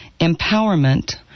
Empowerment